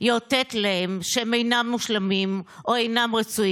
יאותת להם שהם אינם מושלמים או אינם רצויים